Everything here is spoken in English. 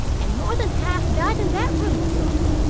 and more than half died in that room of yours.